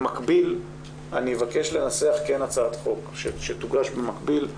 במקביל אני אבקש לנסח הצעת חוק שתוגש במקביל,